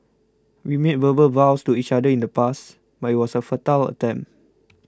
we made verbal vows to each other in the pasts my was a futile attempt